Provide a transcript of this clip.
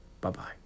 Bye-bye